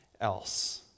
else